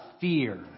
fear